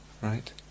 Right